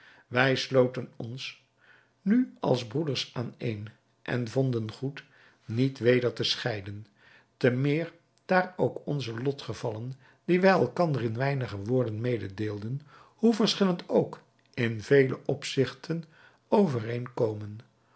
wij sloten ons nu als broeders aanéén en vonden goed niet weder te scheiden te meer daar ook onze lotgevallen die wij elkander in weinig woorden mededeelden hoe verschillend ook in vele opzigten overeenkomen